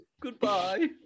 goodbye